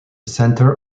center